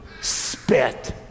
spit